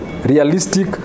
Realistic